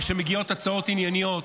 וכשמגיעות הצעות ענייניות